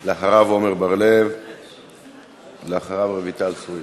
אחריו, עמר בר-לב, ואחריו, רויטל סויד.